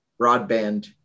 broadband